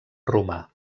romà